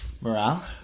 Morale